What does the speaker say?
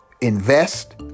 invest